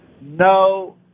no